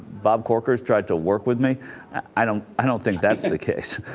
bob corker tried to work with me i don't i don't think that's the case